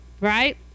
right